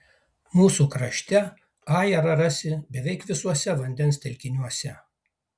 mūsų krašte ajerą rasi beveik visuose vandens telkiniuose